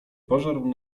pożarł